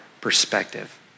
perspective